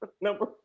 number